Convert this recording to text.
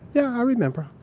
yeah. i remember.